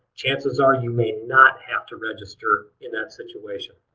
chances are you may not have to register in that situation.